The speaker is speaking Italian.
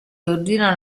ordina